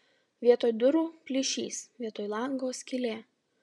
vietoj durų plyšys vietoj lango skylė